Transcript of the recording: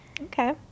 Okay